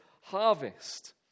harvest